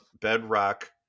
bedrock